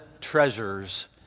treasures